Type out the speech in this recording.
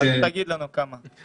אז תגיד לנו כמה.